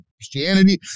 Christianity